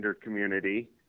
community